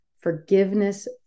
forgiveness